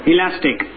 Elastic